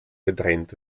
getrennt